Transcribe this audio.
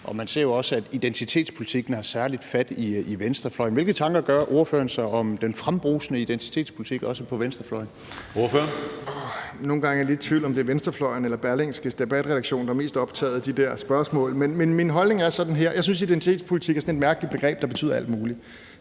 Man ser jo også, at identitetspolitikken har særlig fat i venstrefløjen. Hvilke tanker gør ordføreren sig om den frembrusende identitetspolitik, også på venstrefløjen? Kl. 17:08 Tredje næstformand (Karsten Hønge): Ordføreren. Kl. 17:08 Pelle Dragsted (EL): Nogle gange er jeg lidt i tvivl om, om det er venstrefløjen eller Berlingskes debatredaktion, der er mest optaget af de der spørgsmål. Men min holdning er sådan her: Jeg synes, at identitetspolitik er sådan et mærkeligt begreb, der betyder alt muligt.